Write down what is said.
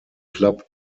club